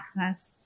access